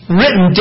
written